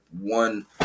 one